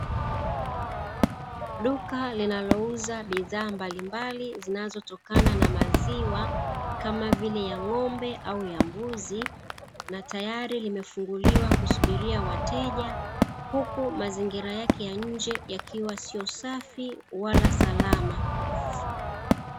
Duka linalouza bidhaa mbalimbali zinazotokana na maziwa kama vile ya ng’ombe au ya mbuzi, na tayari limefunguliwa kusubiria wateja, huku mazingira yake ya nje yakiwa siyo safi wala salama.